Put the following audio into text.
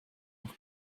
noch